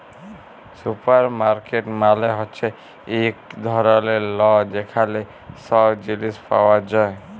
supermarket মালে হ্যচ্যে এক ধরলের ল যেখালে সব জিলিস পাওয়া যায়